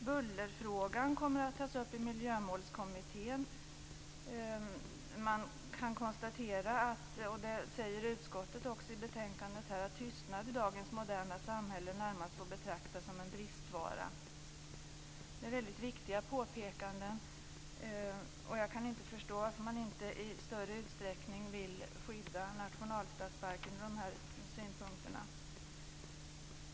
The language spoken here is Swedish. Bullerfrågan kommer att tas upp i Miljömålskommittén. Man kan konstatera, vilket utskottet också säger i betänkandet, att tystnad i dagens moderna samhälle närmast får betraktas som en bristvara. Det är väldigt viktiga påpekanden. Jag kan inte förstå varför man inte i större utsträckning vill skydda nationalstadsparken utifrån de här synpunkterna.